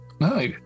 No